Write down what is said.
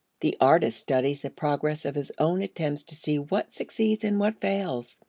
the artist studies the progress of his own attempts to see what succeeds and what fails.